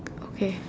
okay